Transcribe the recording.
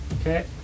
Okay